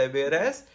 Whereas